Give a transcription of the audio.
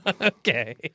Okay